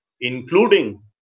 including